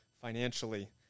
financially